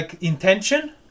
intention